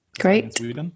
great